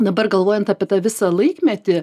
dabar galvojant apie tą visą laikmetį